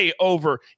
over